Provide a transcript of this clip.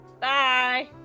Bye